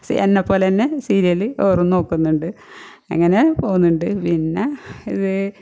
എന്നെപ്പോലെതന്നെ serial ഓറും നോക്കുന്നുണ്ട് അങ്ങനെ പോകുന്നുണ്ട് പിന്നെ ഇതേ